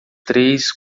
três